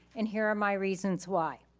and here are my reasons why.